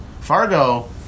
Fargo